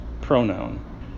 pronoun